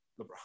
LeBron